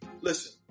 Listen